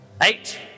Eight